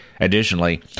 Additionally